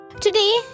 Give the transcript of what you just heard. Today